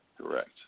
Correct